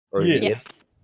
Yes